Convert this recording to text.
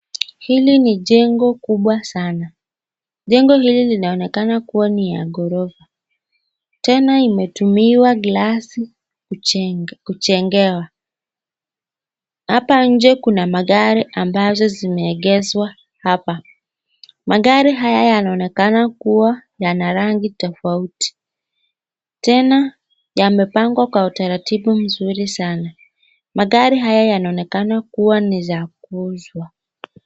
Hili ni jengo kubwa sana. Jengo hili linaonekana kuwa ni ya gorofa. Tena imetumiwa glass kujengewa. Hapa nje kuna magari ambazo zimeegezwa hapa. Magari haya yanaonekana kuwa yana rangi tofauti. Tena yamepangwa kwa utaratibu mzuri sana. Magari haya yanaonekana kuwa ni za kuuzwa.